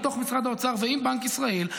בתוך משרד האוצר ועם בנק ישראל.